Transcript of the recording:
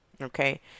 Okay